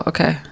Okay